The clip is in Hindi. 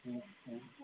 अच्छा